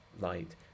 light